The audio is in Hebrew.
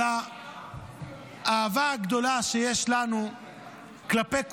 על האהבה הגדולה שיש לנו כלפי כולם,